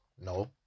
No